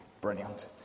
Brilliant